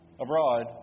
abroad